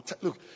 Look